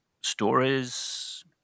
stories